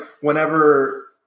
whenever